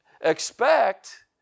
Expect